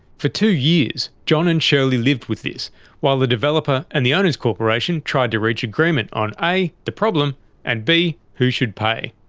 for two years john and shirley lived with this while the developer and the owners' corporation tried to reach agreement on a the problem and b who should pay.